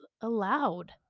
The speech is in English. allowed